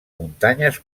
muntanyes